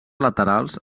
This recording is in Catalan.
laterals